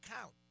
count